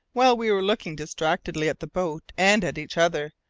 while we were looking distractedly at the boat and at each other,